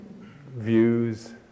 views